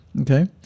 Okay